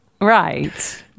Right